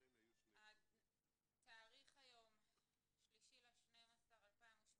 התאריך היום 3 בדצמבר 2018,